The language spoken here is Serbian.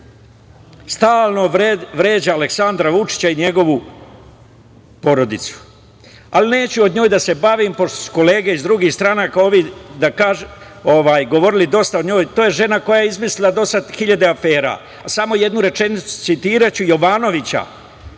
stalno vređa Aleksandra Vučića i njegovu porodicu. Neću sa njom da se bavim pošto su kolege iz drugih stranaka govorili dosta o njoj, to je žena koja je izmislila do sada hiljade afera. Samo jednu rečenicu, citiraću Jovanovića,